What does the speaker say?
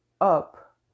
up